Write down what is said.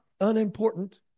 unimportant